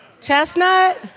Chestnut